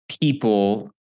People